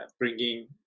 bringing